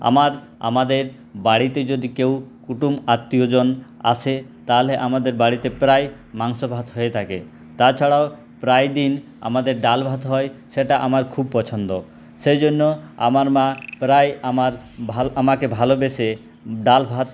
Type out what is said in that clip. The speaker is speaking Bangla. আমার আমাদের বাড়িতে যদি কেউ কুটুম আত্মীয়জন আসে তাহলে আমাদের বাড়িতে প্রায় মাংস ভাত হয়ে থাকে তাছাড়াও প্রায় দিন আমাদের ডাল ভাত হয় সেটা আমার খুব পছন্দ সেজন্য আমার মা প্রায় আমার ভাল আমাকে ভালোবেসে ডাল ভাত